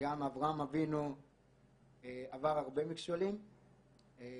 וגם אברהם אבינו עבר הרבה מכשולים בחיים,